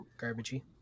garbagey